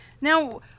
Now